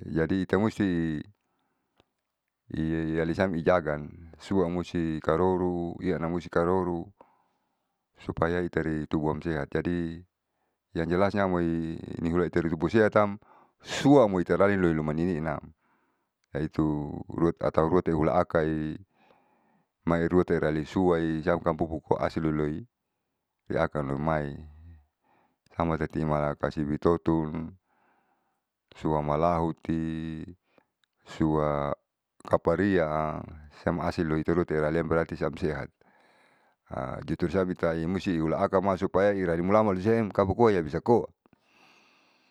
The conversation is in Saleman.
Jadi ita musti ialisa ijaga suamoisi karoro ianam musti karoro supaya itari tubuam sehat. Jadi yang jelasnya amoi nihula itari tubu sehatam suamoi itarililoilumaninam yaitu rut atau ruate ulakai mairuate relisua siam pupu asilului liakan lomai hama tati imalaka sibitotun suamalauti sua kaparia sam asilui iterua itelarem berarti siam sehat jutur sa bitai ula akanmasupaya irari mulaman seng lusiem kabawa koa iabisa koa.